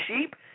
sheep